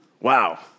Wow